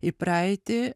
į praeitį